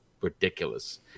ridiculous